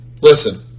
listen